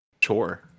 Chore